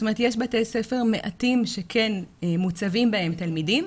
זאת אומרת יש בתי ספר מעטים שכן מוצבים בהם תלמידים.